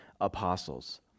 apostles